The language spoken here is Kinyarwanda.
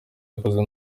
yakozwe